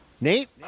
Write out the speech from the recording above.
nate